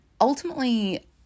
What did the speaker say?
ultimately